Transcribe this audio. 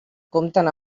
compten